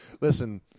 Listen